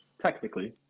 technically